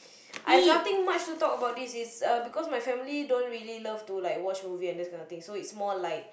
I've nothing much to talk about this its because my family don't really love to like watch movie and there's nothing so it's more like